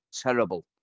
terrible